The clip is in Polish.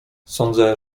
sądzę